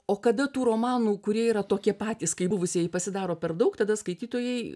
o kada tų romanų kurie yra tokie patys kaip buvusieji pasidaro per daug tada skaitytojai